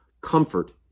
comfort